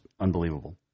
unbelievable